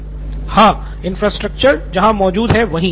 नितिन कुरियन हाँ इन्फ्रास्ट्रक्चर जहां मौजूद है वहीं